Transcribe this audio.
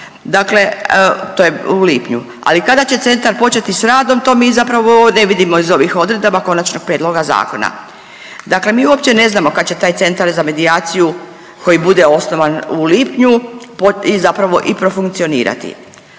Dakle, to je u lipnju. Ali kada će centar početi sa radom to mi zapravo ne vidimo iz ovih odredaba konačnog prijedloga zakona. Dakle, mi uopće ne znamo kad će taj Centar za medijaciju koji bude osnovan u lipnju i zapravo i profunkcionirati.